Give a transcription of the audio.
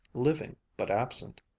living but absent,